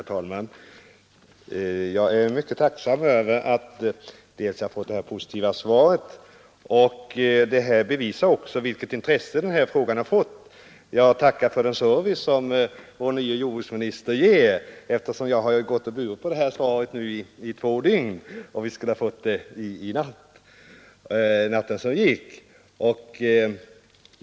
Herr talman! Jag är mycket tacksam för det positiva svaret, vilket också bevisar det stora intresse som finns för denna fråga. Jag tackar för den service som vår nye jordbruksminister ger, eftersom jag gått och burit på detta svar i två dygn. Svaret skulle ju ha lämnats i går natt.